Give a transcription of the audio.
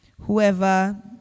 Whoever